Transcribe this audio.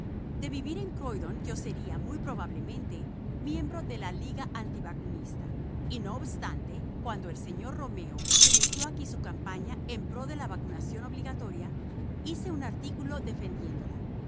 de vivir en croydon yo sería muy probablemente miembro de la liga antivacunista y no obstante cuando el sr romeo inició aquí su campaña en pro de la vacunación obligatoria hice un artículo defendiéndola